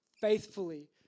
faithfully